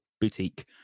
boutique